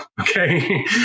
okay